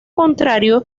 contrario